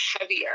heavier